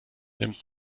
nimmt